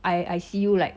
I I see you like